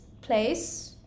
place